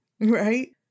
right